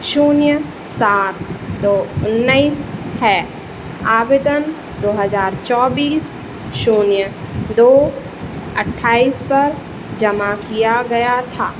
शून्य सात दो उन्नैस है आवेदन दो हज़ार चौबीस शून्य दो अट्ठाईस पर जमा किया गया था